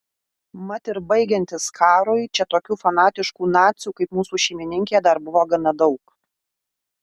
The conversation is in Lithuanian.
mat ir baigiantis karui čia tokių fanatiškų nacių kaip mūsų šeimininkė dar buvo gana daug